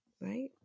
Right